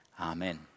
Amen